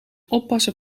oppassen